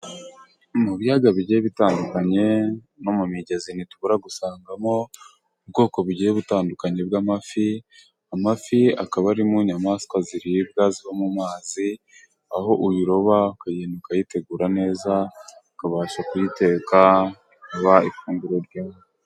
Mu biyaga bigiye bitandukanye no mu migezi ntitubura gusangamo ubwoko bugiye butandukanye bw'amafi, amafi akaba ari mu inyamaswa ziribwa ziba mu mazi, aho uyiroba akagenda ukayitegura neza, akabasha kuyiteka iba ifunguro.